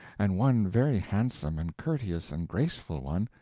and one very handsome and courteous and graceful one,